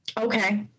Okay